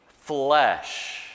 flesh